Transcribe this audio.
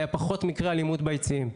היה פחות מקרי אלימות ביציעים.